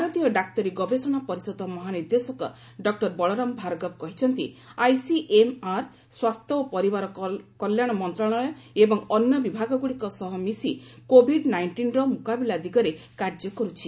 ଭାରତୀୟ ଡାକ୍ତରୀ ଗବେଷଣା ପରିଷଦ ମହାନିର୍ଦ୍ଦେଶକ ଡକ୍କର ବଳରାମ ଭାର୍ଗବ କହିଛନ୍ତି ଆଇସିଏମ୍ଆର୍ ସ୍ୱାସ୍ଥ୍ୟ ଓ ପରିବାର କଲ୍ୟାଣ ମନ୍ତ୍ରଣାଳୟ ଏବଂ ଅନ୍ୟ ବିଭାଗ ଗୁଡ଼ିକ ସହ ମିଶି କୋଭିଡ ନାଇଷ୍ଟିନ୍ର ମୁକାବିଲା ଦିଗରେ କାର୍ଯ୍ୟ କରୁଛି